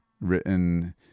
Written